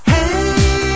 Hey